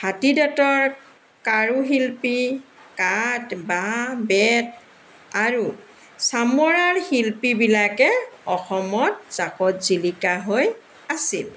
হাতী দাঁতৰ কাৰোশিল্পী কাঠ বাঁহ বেট আৰু চামৰাৰ শিল্পীবিলাকে অসমত জাকত জিলিকা হৈ আছিল